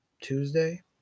Tuesday